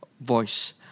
voice